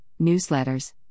newsletters